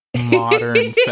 Modern